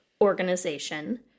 organization